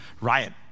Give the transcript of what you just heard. riot